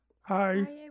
Hi